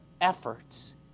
efforts